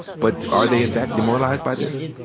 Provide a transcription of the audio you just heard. but are they in fact demoralized by this?